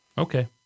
Okay